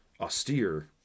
austere